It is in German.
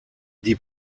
die